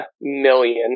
million